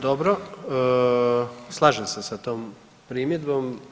Dobro, slažem se sa tom primjedbom.